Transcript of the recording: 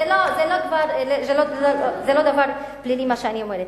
זה לא דבר פלילי מה שאני אומרת.